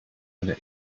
einer